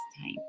time